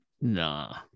Nah